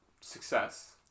success